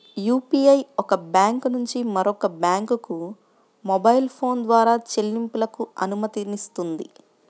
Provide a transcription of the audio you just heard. UPI ఒక bank నుంచి మరొక బ్యాంకుకు మొబైల్ ఫోన్ ద్వారా చెల్లింపులకు అనుమతినిస్తుంది